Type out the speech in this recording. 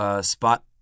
Spot